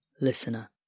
listener